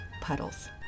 puddles